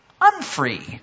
unfree